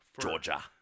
Georgia